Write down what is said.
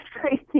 crazy